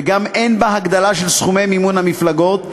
וגם אין בה הגדלה של סכומי מימון המפלגות,